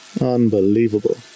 Unbelievable